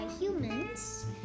humans